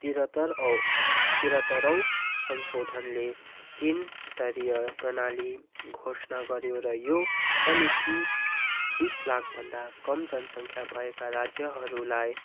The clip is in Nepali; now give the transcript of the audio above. त्रिहत्तरऔँ त्रिहत्तरऔँ संशोधनले तिन स्तरीय प्रणाली घोषणा गर्यो र यो पनि कि बिस लाखभन्दा कम जनसङ्ख्या भएका राज्यहरूलाई